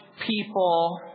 people